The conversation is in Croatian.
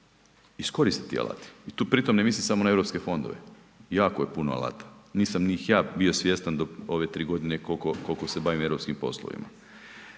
iskoriste ti alati. I tu pritom ne mislim samo na europske fondove, jako je puno alata, nisam ni ja ih bio svjestan do ove tri godine koliko se bavim europskim poslovima.